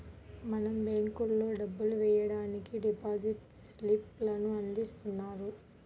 మనం బ్యేంకుల్లో డబ్బులు వెయ్యడానికి డిపాజిట్ స్లిప్ లను అందిస్తున్నారు